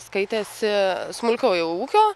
skaitėsi smulkiojo ūkio